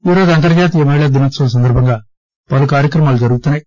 ఈరోజు అంతర్జాతీయ మహిళా దినోత్సవం సందర్బంగా పలు కార్యక్రమాలు జరుగుతున్నాయి